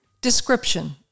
description